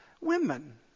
women